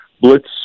blitz